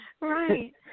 Right